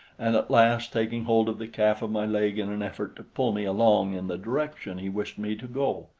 and at last taking hold of the calf of my leg in an effort to pull me along in the direction he wished me to go.